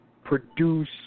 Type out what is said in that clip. produce